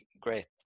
Great